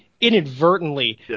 inadvertently